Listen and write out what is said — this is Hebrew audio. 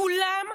כולם,